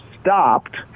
stopped